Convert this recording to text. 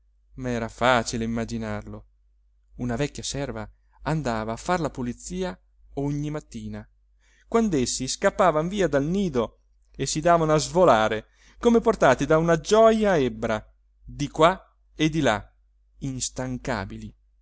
ma era facile immaginarlo una vecchia serva andava a far la pulizia ogni mattina quand'essi scappavan via dal nido e si davano a svolare come portati da una gioja ebbra di qua e di là instancabili